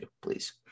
please